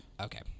Okay